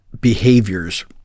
behaviors